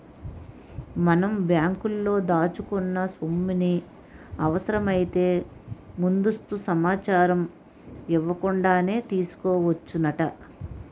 మనం బ్యాంకులో దాచుకున్న సొమ్ముని అవసరమైతే ముందస్తు సమాచారం ఇవ్వకుండానే తీసుకోవచ్చునట